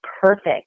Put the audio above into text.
perfect